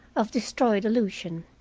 of destroyed illusion.